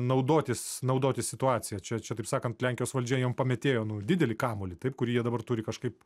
naudotis naudotis situacija čia čia taip sakant lenkijos valdžia jiems pamėtėjo nu didelį kamuolį taip kurį jie dabar turi kažkaip